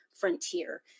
frontier